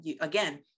Again